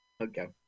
Okay